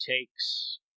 takes